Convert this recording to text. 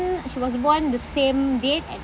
she was born the same date and